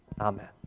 amen